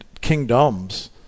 kingdoms